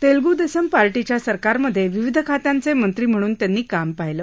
तेलगू देसम पार्टीच्या सरकारमधे विविध खात्यांचे मंत्री म्हणून त्यांनी काम पाहिलं